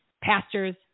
pastors